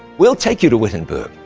we'll take you to wittenberg,